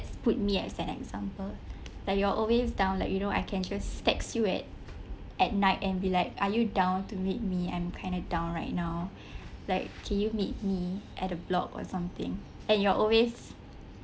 put me as an example like you are always down like you know I can just text you at at night and be like are you down to meet me I'm kind of down right now like can you meet me at a block or something and you are always